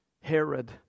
Herod